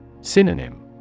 Synonym